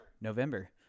November